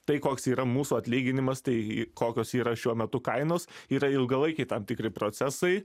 tai koks yra mūsų atlyginimas tai kokios yra šiuo metu kainos yra ilgalaikiai tam tikri procesai